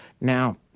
now